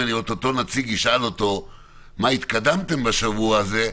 אם אשאל את אותו נציג אותו מה התקדמתם בשבוע הזה,